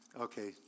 Okay